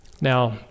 Now